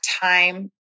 time